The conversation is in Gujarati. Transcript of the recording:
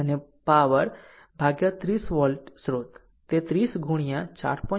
અને પાવર 30 વોલ્ટ સ્રોત તે 30 4